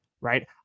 right